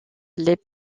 les